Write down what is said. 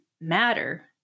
matter